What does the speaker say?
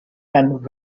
and